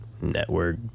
network